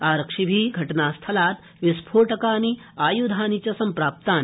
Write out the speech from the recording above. आरक्षिभि घटनास्थलात् विस्फोटकानि आयुधानि च सम्प्राप्तानि